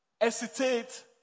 hesitate